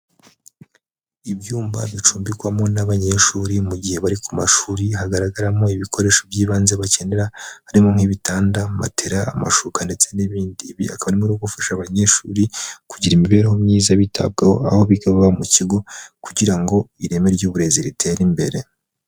Ibyumba bicumbikwamo n'abanyeshuri mu gihe bari ku mashuri hagaragaramo ibikoresho by'ibanze bakenera, harimo nk'ibitanda, matera, amashuka, ndetse n'ibindimo. Ibi akaba harimo no gufasha abanyeshuri kugira imibereho myiza bitabwaho aho biga baba mu kigo, kugira ngo ireme ry'uburezi ritere imbere.